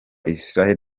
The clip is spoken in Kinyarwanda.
israel